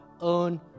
own